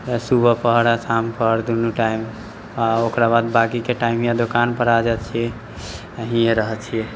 सुबह पहर आ शाम पहर दुनू टाइम आ ओकरा बाद बाँकीके टाइम या दुकान पर आ जाइत छियै आ हिएँ रहैत छियै